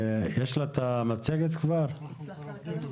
אני מבקש שתציגי את המצגת בצורה מתומצתת.